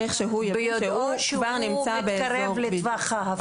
הוא מתקרב לטווח אזור ההפרה.